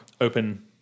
open